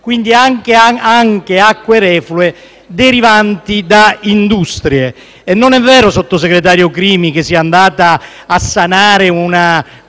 quindi, anche da acque reflue derivanti da industrie. Non è vero, signor sottosegretario Crimi, che si è andata a sanare una